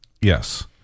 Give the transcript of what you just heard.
Yes